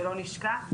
שלא נשכח,